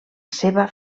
seva